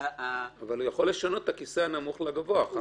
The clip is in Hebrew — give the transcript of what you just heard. הוא יכול לשנות את הכיסא הנמוך לגבוה אחר כך.